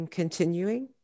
continuing